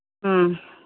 ꯎꯝ